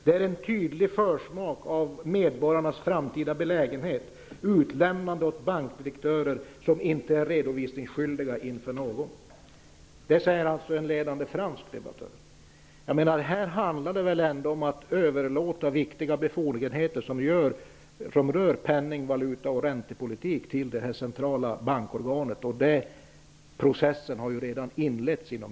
Det är en mycket tydlig försmak av medborgarnas framtida belägenhet, utlämnade åt bankdirektörer som inte är redovisningsskyldiga inför någon.'' Det säger alltså en ledande fransk debattör. Det handlar väl ändå om att överlåta viktiga befogenheter som rör penning , valuta och räntepolitik till det centrala bankorganet. Denna process har redan inletts inom